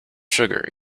sugar